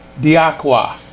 Diakwa